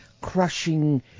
crushing